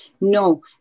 No